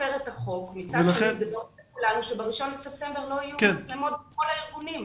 מצד שני ברור לכולנו שב-1 לספטמבר לא יהיו מצלמות בכל הארגונים.